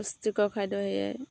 পুষ্টিকৰ খাদ্য সেয়াই